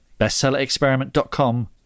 bestsellerexperiment.com